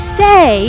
say